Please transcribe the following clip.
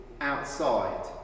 outside